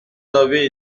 avez